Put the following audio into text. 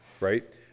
right